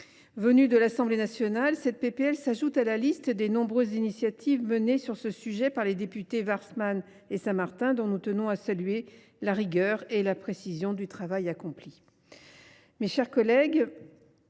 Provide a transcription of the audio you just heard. Issue de l’Assemblée nationale, cette proposition de loi s’ajoute à la liste des nombreuses initiatives menées sur ce sujet par les députés Warsmann et Saint Martin, dont nous tenons à saluer la rigueur et la précision du travail.